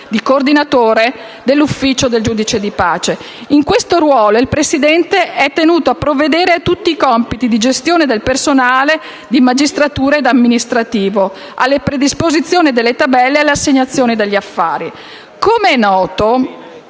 di coordinatore dell'ufficio del giudice di pace. In questo ruolo il presidente è tenuto a provvedere a tutti «i compiti di gestione del personale di magistratura ed amministrativo», alla predisposizione delle tabelle ed all'assegnazione degli affari. Come è noto,